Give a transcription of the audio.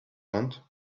want